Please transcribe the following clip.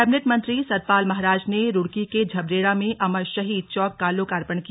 cabinet मंत्री सतपाल महाराज ने रुड़की के झबरेड़ा में अमर शहीद चौक का लोकार्पण किया